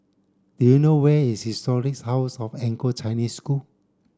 do you know where is Historic House of Anglo Chinese School